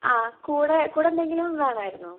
ആ കൂടെ കൂടെന്തെങ്കിലും വേണമായിരുന്നോ